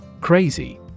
Crazy